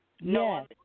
No